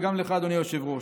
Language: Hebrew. וגם לך, אדוני היושב-ראש.